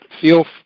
feel